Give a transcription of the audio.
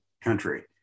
country